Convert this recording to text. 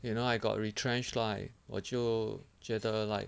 you know I got retrenched right 我就觉得 like